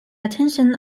attention